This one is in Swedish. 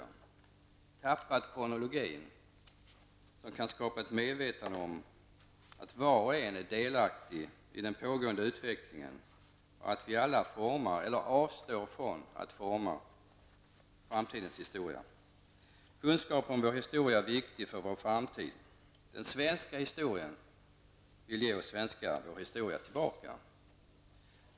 Vi har tappat kronologin som kan skapa ett medvetande om att var och en är delaktig i den pågående utvecklingen och att vi alla formar -- eller avstår från att forma -- framtidens historia. Kunskap om vår historia är viktig för vår framtid. Den Svenska Historien vill ge oss svenskar vår historia tillbaka.